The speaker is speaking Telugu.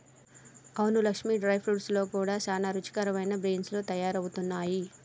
అవును లక్ష్మీ డ్రై ఫ్రూట్స్ లో కూడా సానా రుచికరమైన బీన్స్ లు తయారవుతున్నాయి